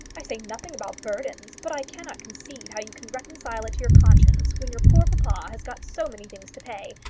i say nothing about burdens, but i cannot conceive how you can reconcile it to your conscience when your poor papa has got so many things to pay,